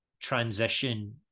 transition